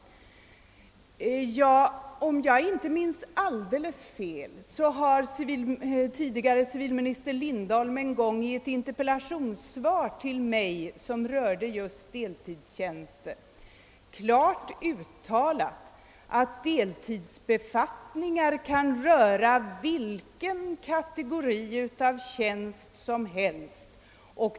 Om jag inte minns fel har den tidigare civilministern herr Lindholm i ett interpellationssvar till mig, som berörde just deltidstjänster, klart uttalat att deltidsbefattningar kan förekomma för vilken kategori av tjänst som helst.